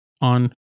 on